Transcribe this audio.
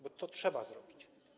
Bo to trzeba zrobić.